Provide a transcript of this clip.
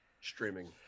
streaming